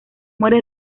muere